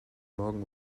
morgen